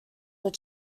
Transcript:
were